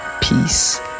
peace